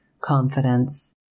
confidence